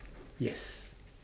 yes